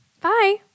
Bye